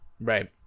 right